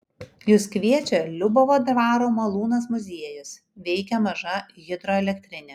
jus kviečia liubavo dvaro malūnas muziejus veikia maža hidroelektrinė